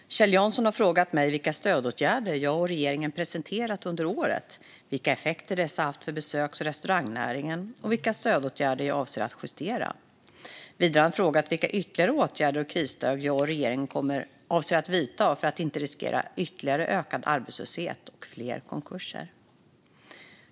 Herr talman! Kjell Jansson har frågat mig vilka stödåtgärder jag och regeringen presenterat under året, vilka effekter dessa haft för besöks och restaurangnäringen och vilka stödåtgärder jag avser att justera. Vidare har han frågat vilka ytterligare åtgärder och krisstöd jag och regeringen avser att vidta för att inte riskera ytterligare ökad arbetslöshet och fler konkurser.